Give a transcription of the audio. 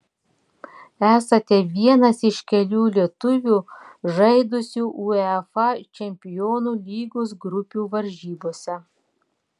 esate vienas iš kelių lietuvių žaidusių uefa čempionų lygos grupių varžybose